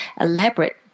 elaborate